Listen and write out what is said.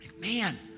Man